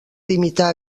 limitar